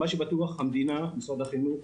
מה שבטוח זה שהמדינה ומשרד החינוך,